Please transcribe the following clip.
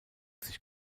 sich